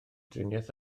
driniaeth